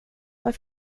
var